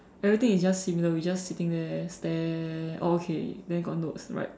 everything is just similar we just sitting there stare oh okay then got notes write